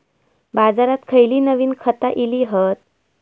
बाजारात खयली नवीन खता इली हत?